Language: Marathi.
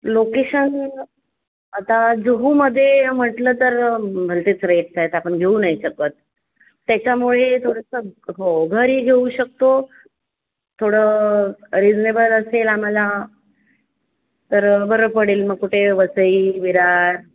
लोकेशन आता जुहूमध्ये म्हटलं तर भलतेच रेट्स आहेत आपण घेऊ नाही शकत त्याच्यामुळे थोडंसं हो घरही घेऊ शकतो थोडं रिजनेबल असेल आम्हाला तर बरं पडेल मग कुठे वसई विरार